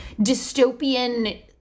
dystopian